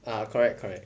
ah correct correct